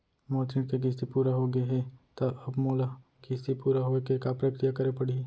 मोर ऋण के किस्ती पूरा होगे हे ता अब मोला किस्ती पूरा होए के का प्रक्रिया करे पड़ही?